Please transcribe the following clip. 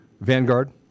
Vanguard